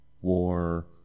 war